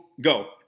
go